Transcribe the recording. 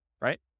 right